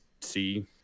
see